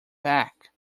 back